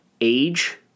age